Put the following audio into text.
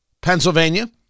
Pennsylvania